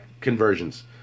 conversions